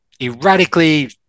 erratically